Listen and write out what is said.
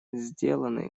сделаны